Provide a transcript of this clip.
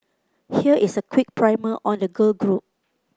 here is a quick primer on the girl group